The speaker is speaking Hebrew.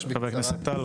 חבר הכנסת, טל.